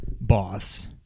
boss